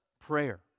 prayer